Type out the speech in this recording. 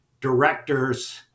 directors